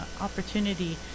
opportunity